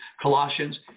Colossians